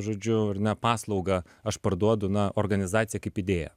žodžiu ar ne paslaugą aš parduodu na organizaciją kaip idėją